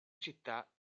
città